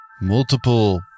multiple